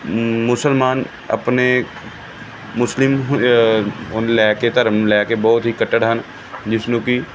ਮੁਸਲਮਾਨ ਆਪਣੇ ਮੁਸਲਿਮ ਲੈ ਕੇ ਧਰਮ ਨੂੰ ਲੈ ਕੇ ਬਹੁਤ ਹੀ ਕੱਟੜ ਹਨ ਜਿਸਨੂੰ ਕਿ